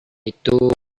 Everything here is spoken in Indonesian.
itu